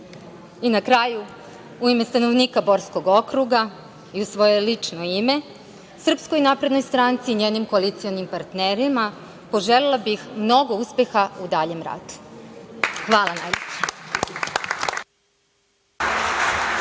kraju, u ime stanovnika borskog okruga i u svoje lično ime, Srpskoj naprednoj stranci i njenim koalicionim partnerima poželela bih mnogo uspeha u daljem radu. Hvala najlepše.